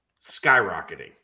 skyrocketing